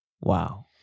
Wow